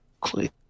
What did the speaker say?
Click